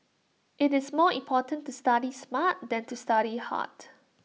IT is more important to study smart than to study hard